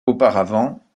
auparavant